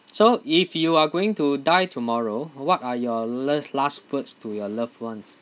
so if you are going to die tomorrow what are your las~ last words to your loved ones